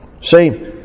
See